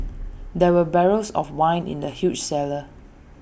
there were barrels of wine in the huge cellar